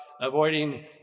avoiding